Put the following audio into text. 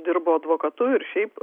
dirbo advokatu ir šiaip